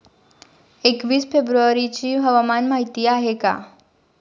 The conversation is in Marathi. एकवीस फेब्रुवारीची हवामान माहिती आहे का?